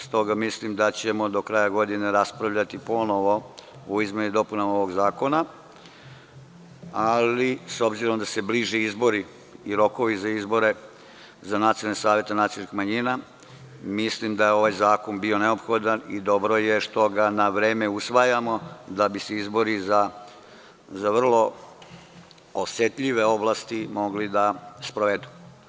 S toga mislim da ćemo do kraja godine raspravljati ponovo o izmenama i dopunama ovog zakona, ali s obzirom da se bliže izbori i rokovi za izbore za nacionalne savete nacionalnih manjina, mislim da je ovaj zakon bio neophodan i dobro je što ga na vreme usvajamo, da bi se izbori za vrlo osetljive oblasti mogli da sprovedu.